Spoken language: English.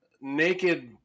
naked